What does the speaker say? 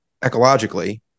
ecologically